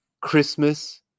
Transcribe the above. Christmas